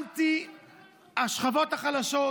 אנטי-השכבות החלשות.